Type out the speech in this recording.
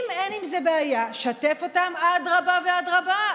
אם אין עם זה בעיה, שתף אותם, אדרבה ואדרבה.